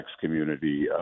community